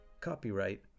Copyright